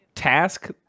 Task